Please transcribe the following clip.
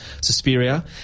Suspiria